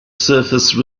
surface